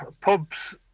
pubs